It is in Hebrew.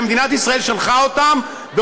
שמדינת ישראל שלחה אותם אליה,